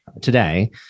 today